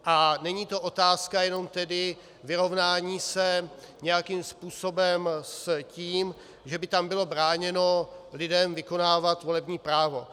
A není to otázka jen vyrovnání se nějakým způsobem s tím, že by tam bylo bráněno lidem vykonávat volební právo.